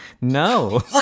no